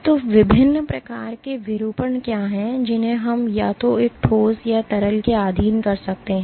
तो विभिन्न प्रकार के विरूपण क्या हैं जिन्हें हम या तो एक ठोस या तरल के अधीन कर सकते हैं